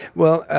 well,